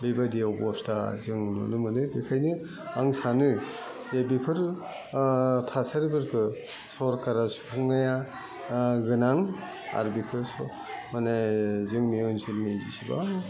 बेबादि अबस्था जों नुनो मोनो बेखायनो आं सानो जे बेफोरो थासारिफोरखौ सरकारा सुफुंनाया गोनां आर बेफोर माने जोंनि ओनसोलनि जिसिबां